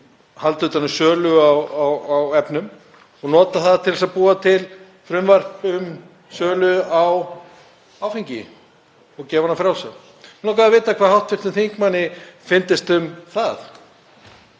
halda utan um sölu á efnum og nota það til að búa til frumvarp um sölu á áfengi og gefa hana frjálsa? Mig langaði að vita hvað hv. þingmanni fyndist um það.